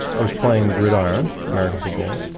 i was playing gridiron, american football,